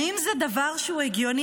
האם זה דבר הגיוני?